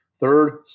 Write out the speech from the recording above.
Third